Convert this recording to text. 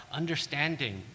understanding